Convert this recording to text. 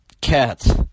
cats